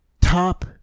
top